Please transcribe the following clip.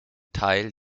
teil